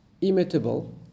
imitable